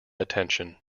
attention